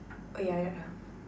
oh yeah yeah yeah